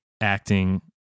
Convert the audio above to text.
acting